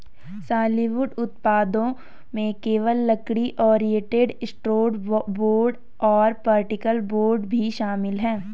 solid wood उत्पादों में केवल लकड़ी, ओरिएंटेड स्ट्रैंड बोर्ड और पार्टिकल बोर्ड भी शामिल है